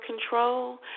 control